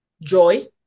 joy